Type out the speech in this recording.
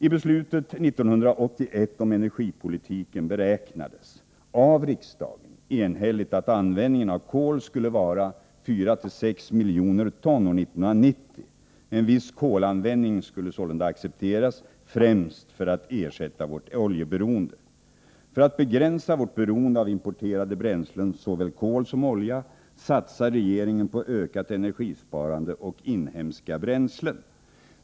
I beslutet 1981 om energipolitiken beräknades enhälligt av riksdagen att användningen av kol skulle vara 4-6 miljoner ton år 1990. En viss kolanvändning skulle således accepteras, främst för att begränsa vårt oljeberoende. För att begränsa vårt beroende av importerade bränslen — såväl kol som olja — satsar regeringen på ökat energisparande och inhemska bränslen.